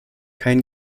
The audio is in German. kein